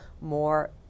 more